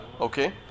okay